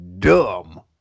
Dumb